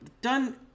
done